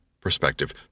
perspective